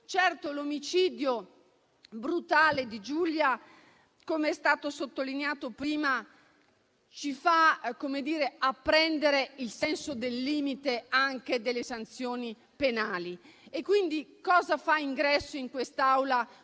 Certo l'omicidio brutale di Giulia, come è stato sottolineato prima, ci fa apprendere il senso del limite anche delle sanzioni penali. Per questo oggi fa ingresso in quest'Aula